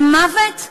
על מוות?